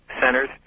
centers